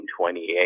1928